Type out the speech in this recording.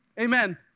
Amen